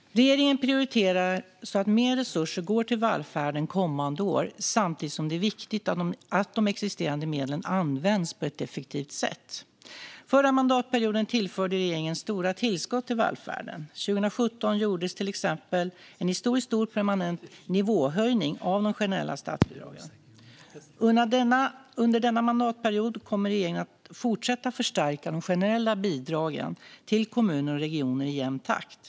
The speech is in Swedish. Regeringen prioriterar så att mer resurser går till välfärden kommande år samtidigt som det är viktigt att de existerande medlen används på ett effektivt sätt. Förra mandatperioden tillförde regeringen stora tillskott till välfärden. År 2017 gjordes till exempel en historiskt stor permanent nivåhöjning av de generella statsbidragen. Under denna mandatperiod kommer regeringen att fortsätta förstärka de generella bidragen till kommuner och regioner i jämn takt.